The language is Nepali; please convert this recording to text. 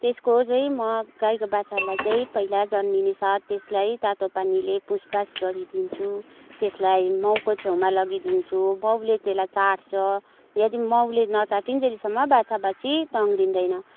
त्यसको चाहिँ म गाईको बाछालाई चाहिँ पहिला जन्मिने साथ त्यसलाई तातो पानीले पुछपाछ गरिदिन्छु त्यसलाई माउको छेउमा लगिदिन्छु माउले त्यसलाई चाट्छ यदि माउले नचाटिञ्जेलसम्म बाछा बाछी तङ्ग्रिदैन